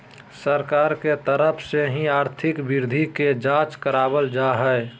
सरकार के तरफ से ही आर्थिक वृद्धि के जांच करावल जा हय